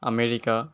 America